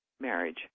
marriage